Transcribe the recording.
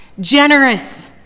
generous